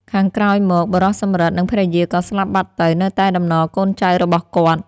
ខាងក្រោយមក បុរសសំរិទ្ធ និង ភរិយា ក៏ស្លាប់បាត់ទៅនៅតែតំណកូនចៅរបស់គាត់ ។